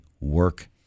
work